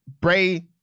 Bray